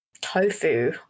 tofu